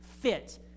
fit